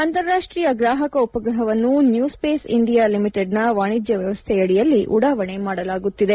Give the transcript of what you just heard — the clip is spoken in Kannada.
ಅಂತಾರಾಷ್ಟೀಯ ಗ್ರಾಹಕ ಉಪಗ್ರಹವನ್ನು ನ್ಯೂ ಸ್ವೇಸ್ ಇಂಡಿಯಾ ಲಿಮಿಟೆಡ್ನ ವಾಣಿಜ್ಯ ವ್ಯವಸ್ದೆಯಡಿಯಲ್ಲಿ ಉಡಾವಣೆ ಮಾಡಲಾಗುತ್ತಿದೆ